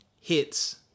hits